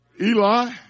Eli